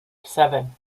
seven